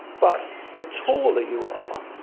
but the taller you are,